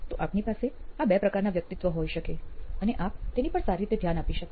તો આપની પાસે આ બે પ્રકારના વ્યક્તિત્વ હોઈ શકે અને આપ તેની પર સારી રીતે ધ્યાન આપી શકો